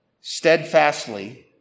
steadfastly